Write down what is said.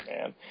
man